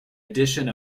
addition